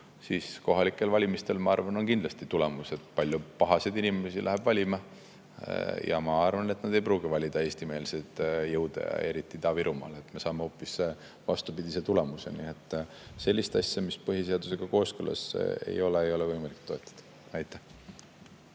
siis kohalikel valimistel, ma arvan, on tulemused näha. Palju pahaseid inimesi läheb valima ja ma arvan, et nad ei pruugi valida eestimeelseid jõude, eriti Ida-Virumaal. Me saame hoopis vastupidise tulemuse. Nii et sellist asja, mis põhiseadusega kooskõlas ei ole, ei ole võimalik toetada. Aitäh!